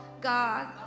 God